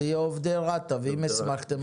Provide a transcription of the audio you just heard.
אז זה יהיה עובדי רת"א ואם הסמכתם,